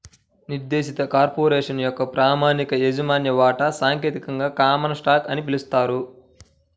నిర్దేశిత కార్పొరేషన్ యొక్క ప్రామాణిక యాజమాన్య వాటా సాంకేతికంగా కామన్ స్టాక్ అని పిలుస్తారు